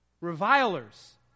Revilers